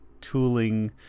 tooling